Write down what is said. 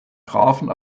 grafen